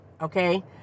Okay